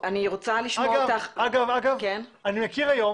אגב, אני מכיר היום